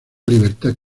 libertad